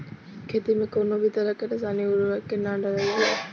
खेती में कउनो भी तरह के रासायनिक उर्वरक के ना डालल जाला